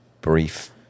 brief